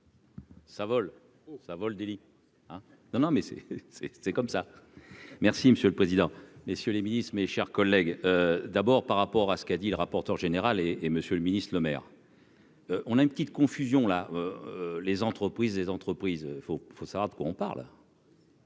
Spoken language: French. ça vole, ça vole délit hein, non, non, mais c'est, c'est c'est comme ça, merci monsieur le président, messieurs les ministres, mes chers collègues, d'abord par rapport à ce qu'a dit le rapporteur général et et Monsieur le Ministre, Lemaire. On a une petite confusion là les entreprises, les entreprises faut faut savoir de quoi on parle.